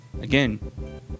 again